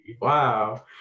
Wow